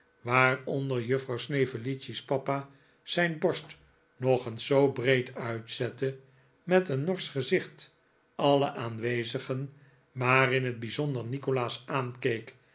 waaronder juffrouw snevellicci's papa zijn borst nog eens zoo breed uitzette met een norsch gezicht alle aanwezigen maar in t bijzonder nikolaas aankeek